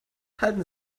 halten